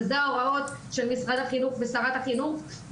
ואלה ההוראות של משרד החינוך ושרת החינוך,